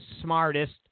smartest